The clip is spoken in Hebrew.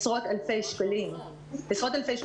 עשרות אלפי שקלים בחודש.